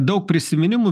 daug prisiminimų